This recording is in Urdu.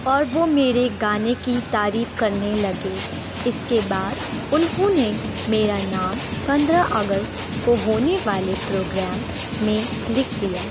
اور وہ میرے گانے کی تعریف کرنے لگے اس کے بعد انہوں نے میرا نام پندرہ اگست کو ہونے والے پروگرام میں لکھ دیا